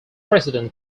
president